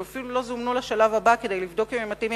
הם אפילו לא זומנו לשלב הבא כדי לבדוק את התאמתם.